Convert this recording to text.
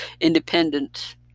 independent